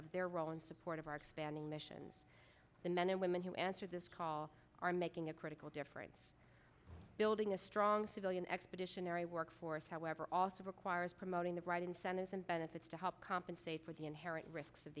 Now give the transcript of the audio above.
of their role and support of our expanding missions the men and women who answered this call are making a critical difference building a strong civilian expeditionary workforce however also requires promoting the right incentives and benefits to help compensate for the inherent risks of